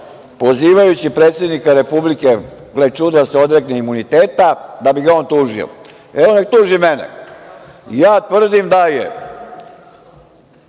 pozivajući predsednika Republike, gle čuda, da se odrekne imuniteta da bi ga on tužio. Evo, neka tuži mene. Ja tvrdim da je